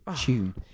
tune